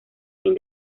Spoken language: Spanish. fin